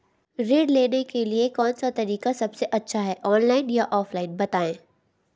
ऋण लेने के लिए कौन सा तरीका सबसे अच्छा है ऑनलाइन या ऑफलाइन बताएँ?